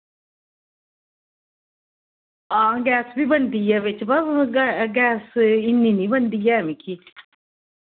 हां गैस वी बनदी ऐ बिच बी गै गैस इ'न्नी नी बनदी ऐ मिकी